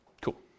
Cool